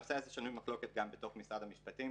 הנושא הזה שנוי במחלוקת גם בתוך משרד המשפטים,